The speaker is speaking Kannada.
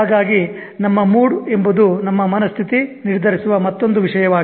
ಹಾಗಾಗಿ ನಮ್ಮ ಮೂಡ್ ಎಂಬುದು ನಮ್ಮ ಮನಸ್ಥಿತಿ ನಿರ್ಧರಿಸುವ ಮತ್ತೊಂದು ವಿಷಯವಾಗಿದೆ